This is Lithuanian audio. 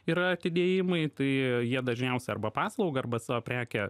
yra atidėjimai tai jie dažniausia arba paslaugą arba savo prekę